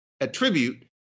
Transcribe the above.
attribute